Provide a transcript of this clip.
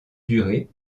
durée